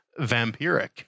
vampiric